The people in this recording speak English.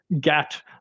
get